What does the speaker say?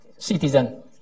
citizen